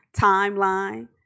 timeline